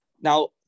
Now